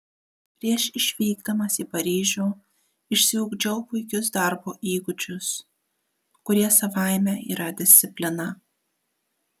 prieš išvykdamas į paryžių išsiugdžiau puikius darbo įgūdžius kurie savaime yra disciplina